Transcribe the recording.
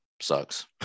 sucks